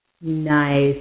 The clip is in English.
Nice